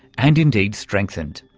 and indeed strengthened.